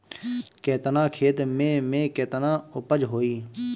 केतना खेत में में केतना उपज होई?